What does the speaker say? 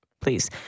please